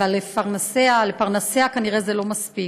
אבל לפרנסיה כנראה זה לא מספיק.